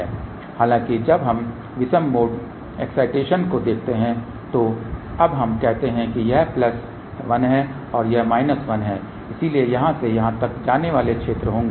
हालांकि जब हम विषम मोड उत्तेजना को देखते हैं तो अब हम कहते हैं कि यह प्लस 1 है यह माइनस 1 है इसलिए यहां से यहां तक जाने वाले क्षेत्र होंगे